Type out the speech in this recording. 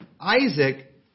Isaac